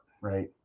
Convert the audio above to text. right